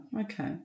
Okay